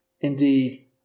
Indeed